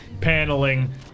paneling